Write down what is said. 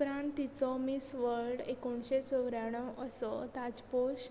उपरांत तिचो miss world एकोणशे चवऱ्याणव असो ताजपोश